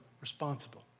responsible